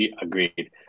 Agreed